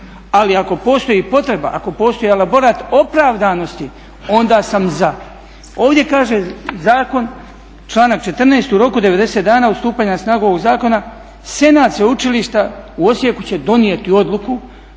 ali ako postoji potreba, ako postoji elaborat opravdanosti onda sam za. Ovdje kaže zakon članak 14. "U roku 90 dana od stupanja na snagu ovog zakona Senat Sveučilišta u Osijeku će donijeti odluku,